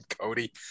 Cody